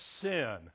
sin